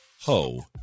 Ho